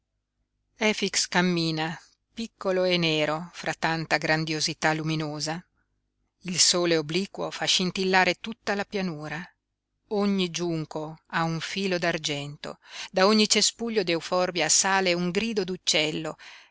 nuoresi efix cammina piccolo e nero fra tanta grandiosità luminosa il sole obliquo fa scintillare tutta la pianura ogni giunco ha un filo d'argento da ogni cespuglio di euforbia sale un grido